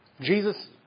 Jesus